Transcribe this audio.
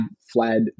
fled